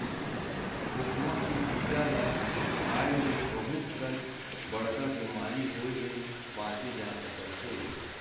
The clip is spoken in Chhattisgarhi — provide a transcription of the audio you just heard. खोखमा के बीजा ल खाए ले बहुत कन बड़का बेमारी होए ले बाचे जा सकत हे